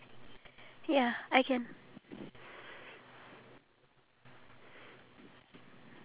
ya the um the M_R_T was~